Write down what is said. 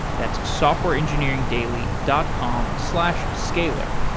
that softwareengineeringdaily dot com slash scalyr.